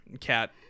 cat